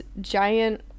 giant